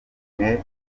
mwe